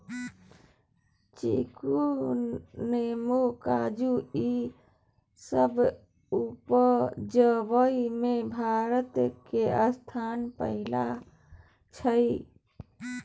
चीकू, नेमो, काजू ई सब उपजाबइ में भारत के स्थान पहिला छइ